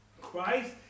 Christ